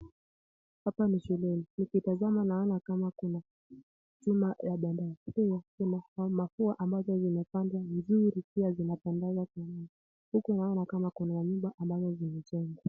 Hapa ni shuleni nikitazama naona kama kuna chuma ya bendera. Pia kuna maua ambazo zimepandwa vizuri pia zinatandazwa. Huku naona kuna nyumba ambazo zimejengwa.